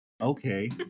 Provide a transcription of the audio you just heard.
Okay